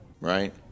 right